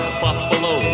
buffalo